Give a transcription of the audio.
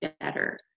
better